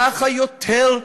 ככה יותר,